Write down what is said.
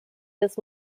des